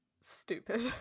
stupid